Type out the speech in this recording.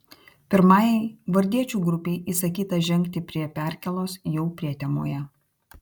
pirmajai gvardiečių grupei įsakyta žengti prie perkėlos jau prietemoje